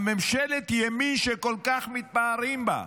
ממשלת הימין שכל כך מתפארים בה.